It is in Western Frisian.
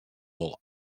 wolle